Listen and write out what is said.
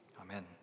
Amen